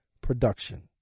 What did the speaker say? production